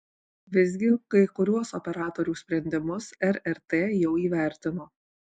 visgi kai kuriuos operatorių sprendimus rrt jau įvertino